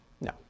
No